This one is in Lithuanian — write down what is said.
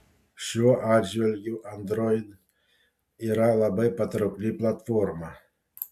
šiuo atžvilgiu android yra labai patraukli platforma